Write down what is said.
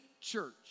church